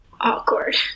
Awkward